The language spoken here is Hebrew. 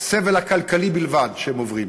אובדן הכנסה ועל הסבל הכלכלי בלבד שהם עוברים.